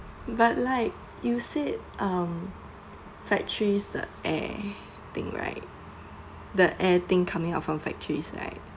but like you said um factories that air thing right that the air thing coming out from factories right